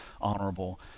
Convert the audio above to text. honorable